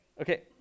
Okay